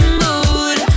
mood